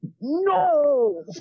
No